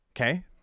Okay